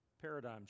Paradigm